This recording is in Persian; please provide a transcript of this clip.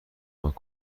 کمک